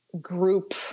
group